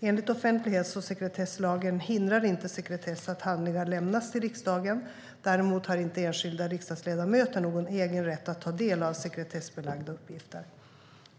Enligt offentlighets och sekretesslagen hindrar inte sekretess att handlingar lämnas till riksdagen, däremot har inte enskilda riksdagsledamöter någon egen rätt att ta del av sekretessbelagda uppgifter.